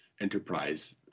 enterprise